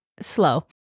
slow